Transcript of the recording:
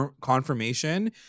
confirmation